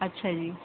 ਅੱਛਾ ਜੀ